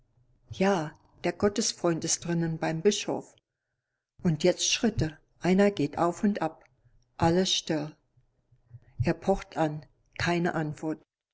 ja der gottesfreund ist drinnen beim bischof und jetzt schritte einer geht auf und ab alles still er pocht an keine antwort